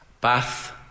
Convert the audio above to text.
bath